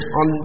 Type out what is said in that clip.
on